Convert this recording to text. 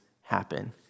happen